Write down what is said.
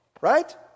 right